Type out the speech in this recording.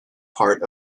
part